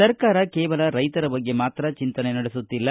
ಸರ್ಕಾರ ಕೇವಲ ರೈತರ ಬಗ್ಗೆ ಮಾತ್ರ ಚಿಂತನೆ ನಡೆಸುತ್ತಿಲ್ಲ